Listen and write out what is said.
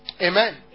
Amen